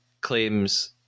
claims